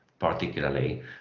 particularly